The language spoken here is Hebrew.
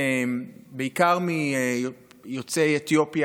בעיקר יוצאי אתיופיה,